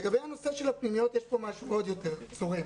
לגבי נושא הפנימיות, יש פה משהו עוד יותר צורם.